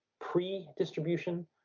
pre-distribution